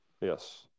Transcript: Yes